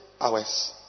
hours